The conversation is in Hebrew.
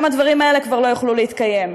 גם הדברים האלה כבר לא יוכלו להתקיים,